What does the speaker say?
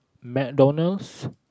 McDonald's